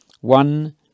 one